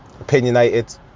Opinionated